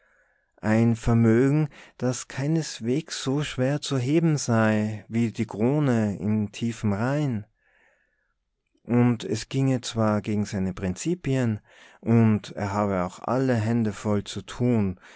ein vermögen das keineswegs so schwer zu heben sei wie die krone im tiefen rhein und es ginge zwar gegen seine prinzipien und er habe auch alle hände voll zu tun